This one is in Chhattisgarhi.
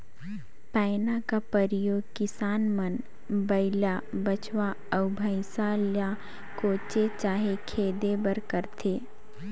पैना का परियोग किसान मन बइला, बछवा, अउ भइसा ल कोचे चहे खेदे बर करथे